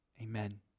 Amen